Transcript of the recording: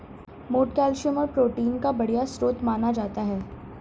मोठ कैल्शियम और प्रोटीन का बढ़िया स्रोत माना जाता है